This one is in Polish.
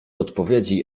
odpowiedzi